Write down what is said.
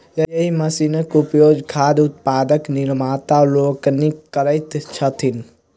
एहि मशीनक उपयोग खाद्य उत्पादक निर्माता लोकनि करैत छथि